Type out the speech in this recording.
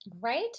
right